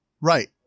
right